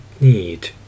need